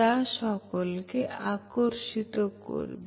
যা সকলকে আকর্ষিত করবে